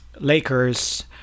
Lakers